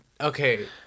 okay